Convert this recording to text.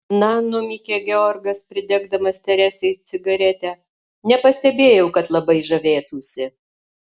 na numykė georgas pridegdamas teresei cigaretę nepastebėjau kad labai žavėtųsi